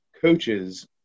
coaches